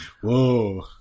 Whoa